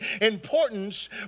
importance